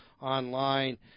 online